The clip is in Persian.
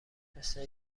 مثل